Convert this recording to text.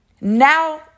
Now